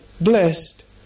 blessed